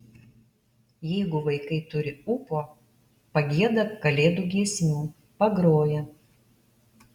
jeigu vaikai turi ūpo pagieda kalėdų giesmių pagroja